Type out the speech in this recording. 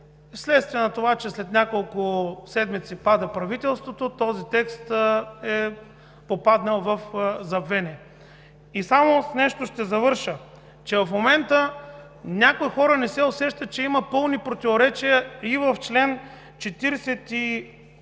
Вследствие на това, че след няколко седмици пада правителството, този текст е попаднал в забвение. И с това ще завърша. В момента някои хора не се усещат, че има пълни противоречия и в чл. 45